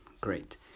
Great